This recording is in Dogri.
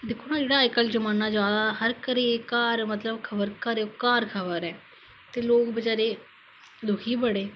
दिक्खो ना जेहड़ा अजकल जमाना जारदा हर घरे च घार मतलब खब़र घार खब़र ऐ तो लोक बचारे दुखी बी बडे़